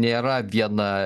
nėra viena